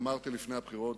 אמרתי לפני הבחירות,